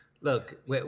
look